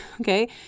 okay